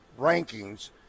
rankings